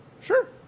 Sure